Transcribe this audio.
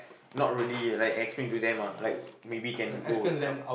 not really like explain to them ah like maybe can go